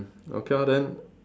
okay lor then